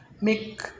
Make